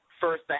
first